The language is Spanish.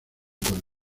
con